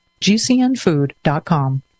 GCNFood.com